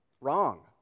Wrong